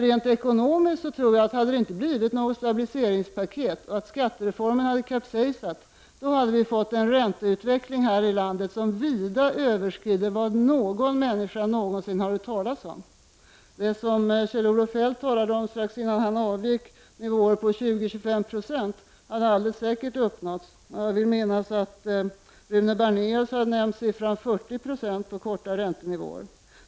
Rent ekonomiskt sett tror jag att vi utan skattereformen hade fått en ränteutveckling här i landet som vida överskridit vad någon människa någonsin har hört talas om. Det som Kjell-Olof Feldt talade om strax innan han avgick, räntenivåer på 20-25 90, hade alldeles säkert uppnåtts. Jag vill minnas att Rune Barnéus har nämnt 40 96 för korta räntenivåer.